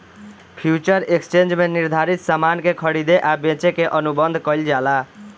future exchange में निर्धारित सामान के खरीदे आ बेचे के अनुबंध कईल जाला